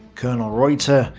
colonel reuter,